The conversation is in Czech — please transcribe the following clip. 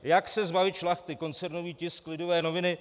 Jak se zbavit Šlachty, koncernový tisk Lidové noviny.